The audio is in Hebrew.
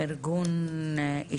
אני